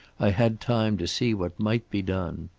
i had time to see what might be done.